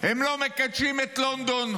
הם לא מקדשים את לונדון.